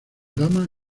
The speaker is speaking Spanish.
dama